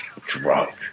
drunk